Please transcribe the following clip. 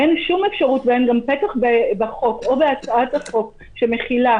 אין שום אפשרות וגם אין פתח בהצעת החוק שמכילה